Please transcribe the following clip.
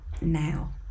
now